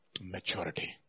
maturity